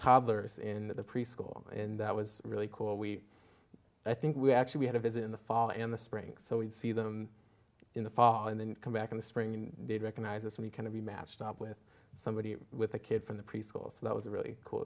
toddlers in the preschool in that was really cool we i think we actually had a visit in the fall in the spring so we'd see them in the fall and then come back in the spring and they'd recognize us we kind of be matched up with somebody with a kid from the preschool so that was a really cool